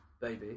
Baby